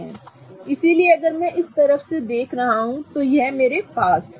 इसलिए अगर मैं इस तरफ से देख रहा हूं तो मेरे पास है